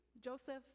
Joseph